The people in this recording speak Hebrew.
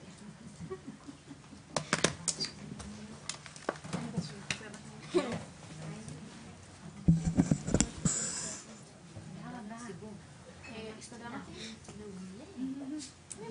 13:35.